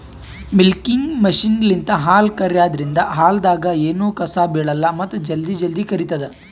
milking ಮಷಿನ್ಲಿಂತ್ ಹಾಲ್ ಕರ್ಯಾದ್ರಿನ್ದ ಹಾಲ್ದಾಗ್ ಎನೂ ಕಸ ಬಿಳಲ್ಲ್ ಮತ್ತ್ ಜಲ್ದಿ ಜಲ್ದಿ ಕರಿತದ್